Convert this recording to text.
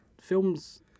films